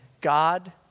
God